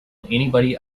anybody